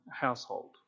household